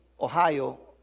Ohio